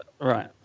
Right